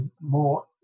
more